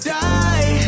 die